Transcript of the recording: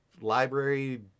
library